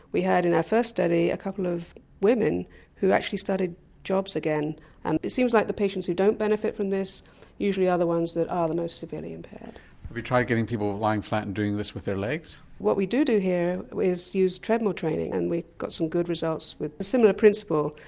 we had in our first study a couple of women who actually started jobs again and it seems like the patients who don't benefit from this usually are the ones that are the most severely impaired. have you tried getting people lying flat and doing this with their legs? what we do do here is use treadmill training and we've got some good results with a similar principle.